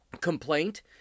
complaint